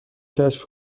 کشف